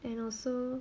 and also